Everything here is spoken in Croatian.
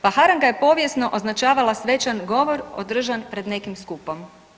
Pa haranga je povijesno označavala svečan govor održan pred nekim skupom.